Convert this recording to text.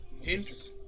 hints